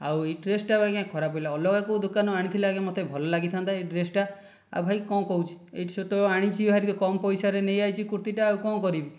ଆଉ ଏଇ ଡ୍ରେସ୍ଟା ବି ଆଜ୍ଞା ଖରାପ ପଇଲା ଅଲଗା କେଉଁ ଦୋକାନରୁ ଆଣିଥିଲେ ଆଜ୍ଞା ମୋତେ ଭଲ ଲାଗିଥାନ୍ତା ଏଇ ଡ୍ରେସ୍ଟା ଆଉ ଭାଇ କଣ କହୁଛୁ ଏଇଟା ସେ ତ ଆଣିଛି ହାରି କମ ପଇସାରେ ନେଇ ଆସିଛି କୁର୍ତ୍ତୀଟା ଆଉ କଣ କରିବି